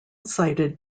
cited